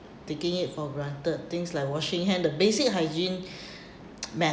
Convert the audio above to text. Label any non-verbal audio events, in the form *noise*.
taking it for granted things like washing hand the basic hygiene *breath*